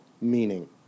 meaning